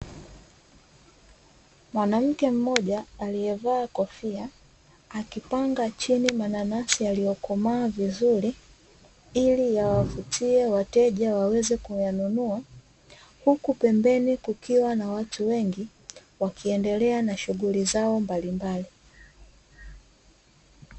Mwanamke mmoja aliyevaa kofia, akipanga chini mananasi yaliyokomaa vizuri ili yawavutie wateja waweze kuyanunua, huku pembeni kukiwa na watu wengi wakiendelea na shughuli zao mbalimbali.